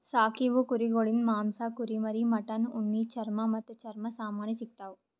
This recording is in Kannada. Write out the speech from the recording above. ಸಾಕೀವು ಕುರಿಗೊಳಿಂದ್ ಮಾಂಸ, ಕುರಿಮರಿ, ಮಟನ್, ಉಣ್ಣಿ, ಚರ್ಮ ಮತ್ತ್ ಚರ್ಮ ಸಾಮಾನಿ ಸಿಗತಾವ್